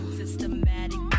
systematic